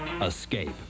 escape